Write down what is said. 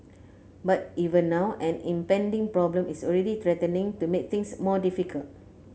but even now an impending problem is already threatening to make things more difficult